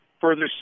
further